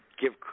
Give